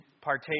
partake